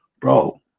bro